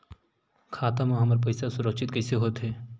खाता मा हमर पईसा सुरक्षित कइसे हो थे?